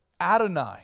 Adonai